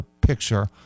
picture